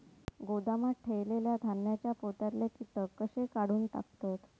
गोदामात ठेयलेल्या धान्यांच्या पोत्यातले कीटक कशे काढून टाकतत?